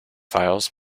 files